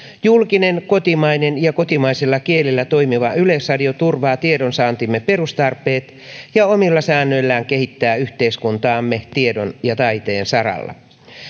julkinen kotimainen ja kotimaisilla kielillä toimiva yleisradio turvaa tiedonsaantimme perustarpeet ja omilla säännöillään kehittää yhteiskuntaamme tiedon ja taiteen saralla